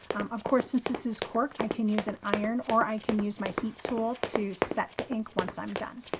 of course, since this is cork. i can use an iron or i can use my heat tool to set the ink once i'm done.